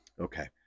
Okay